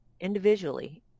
individually